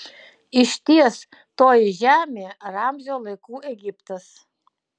išties toji žemė ramzio laikų egiptas